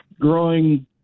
growing